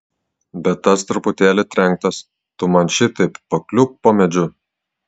bet tas truputėlį trenktas tu man šitaip pakliūk po medžiu